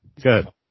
Good